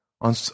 on